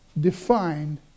defined